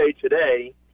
Today